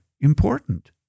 important